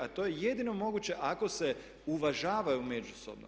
A to je jedino moguće ako se uvažavaju međusobno.